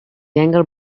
younger